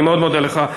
אני מאוד מודה לך,